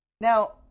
Now